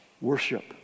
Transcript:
worship